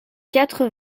quatre